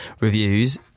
reviews